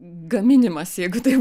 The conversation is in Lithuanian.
gaminimas jeigu taip